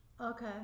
Okay